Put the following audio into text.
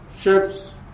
Ships